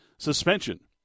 suspension